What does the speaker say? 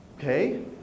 okay